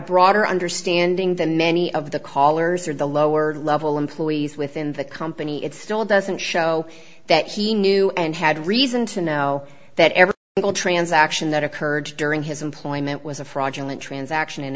broader understanding than many of the callers or the lower level employees within the company it still doesn't show that he knew and had reason to know that every transaction that occurred during his employment was a fraudulent transaction and